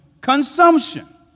consumption